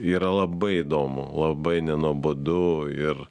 yra labai įdomu labai nenuobodu ir